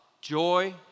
joy